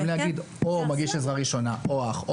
יכולים להגיד או מגיש עזרה ראשונה או אח או